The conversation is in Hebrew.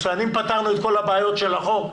אם פתרנו את כל הבעיות של החוק,